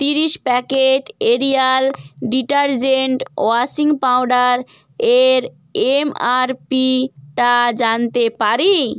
তিরিশ packet Ariel detergent washing powder এর এমআরপিটা জানতে পারি